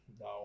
No